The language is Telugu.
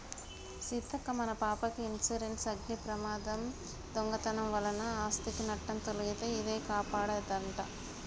సీతక్క మన పాపకి ఇన్సురెన్సు అగ్ని ప్రమాదం, దొంగతనం వలన ఆస్ధికి నట్టం తొలగితే ఇదే కాపాడదంట